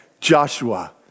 Joshua